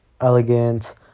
elegant